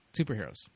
Superheroes